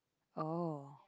oh